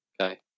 Okay